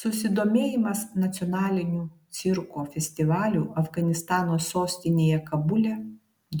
susidomėjimas nacionaliniu cirko festivaliu afganistano sostinėje kabule